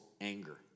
anger